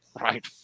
right